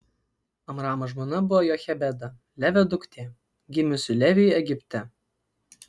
amramo žmona buvo jochebeda levio duktė gimusi leviui egipte